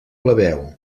plebeu